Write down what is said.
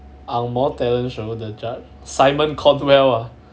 angmoh talent show the judge simon cowell ah